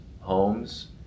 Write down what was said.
homes